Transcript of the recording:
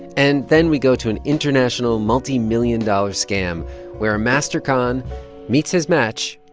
and then we go to an international, multi-million-dollar scam where a master con meets his match,